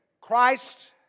Christ